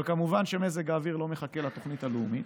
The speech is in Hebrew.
אבל כמובן שמזג האוויר לא מחכה לתוכנית הלאומית.